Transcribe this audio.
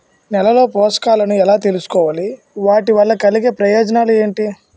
నేలలో పోషకాలను ఎలా తెలుసుకోవాలి? వాటి వల్ల కలిగే ప్రయోజనాలు ఏంటి?